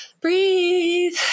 Breathe